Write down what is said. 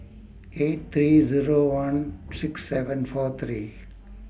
eight three Zero one six seven four three